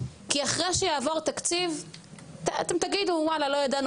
כי אחרי שיעבור תקציב אתם תגידו וואלה לא ידענו,